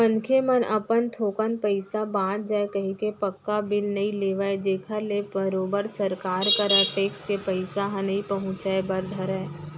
मनखे मन अपन थोकन पइसा बांच जाय कहिके पक्का बिल नइ लेवन जेखर ले बरोबर सरकार करा टेक्स के पइसा ह नइ पहुंचय बर धरय